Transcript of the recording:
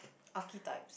archetypes